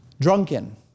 drunken